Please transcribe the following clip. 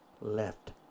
Left